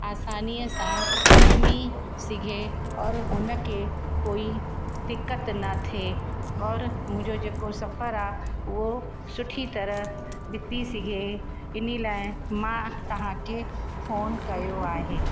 आसानीअ सां सुम्ही सघे और हुनखे कोई दिक़त न थिए और मुंहिंजो जेको सफ़रु आहे उहो सुठी तरह बिती सघे हिन लाइ मां तव्हांखे फोन कयो आहे